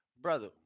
brother-